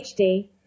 HD